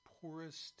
poorest